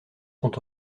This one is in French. sont